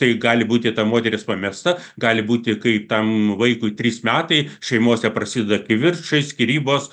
tai gali būti ta moteris pamesta gali būti kai tam vaikui trys metai šeimose prasideda kivirčai skyrybos